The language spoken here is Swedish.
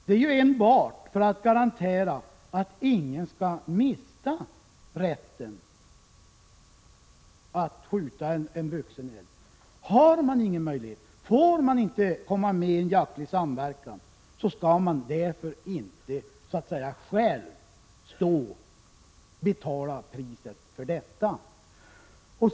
Det är enbart till för att garantera att ingen skall mista rätten att skjuta en vuxen älg. Om man inte har någon möjlighet att komma med i någon jaktlig samverkan, skall man inte själv behöva betala priset för detta.